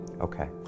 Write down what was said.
Okay